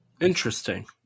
Interesting